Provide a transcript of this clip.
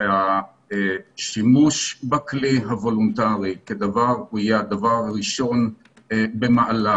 שהשימוש בכלי הוולונטרי יהיה הדבר הראשון במעלה